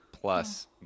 Plus